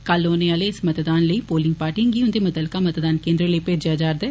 कल होने आले इस मतदान लेई पोलिंग पार्टिएं गी उन्दे मुतलका मतदान केन्द्र लेई भेजेआ जारदा ऐ